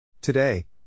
Today